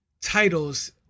titles